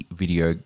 video